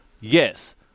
Yes